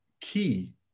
key